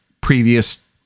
previous